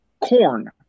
corn